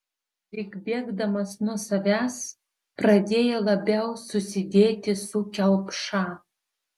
lyg bėgdamas nuo savęs pradėjo labiau susidėti su kelpša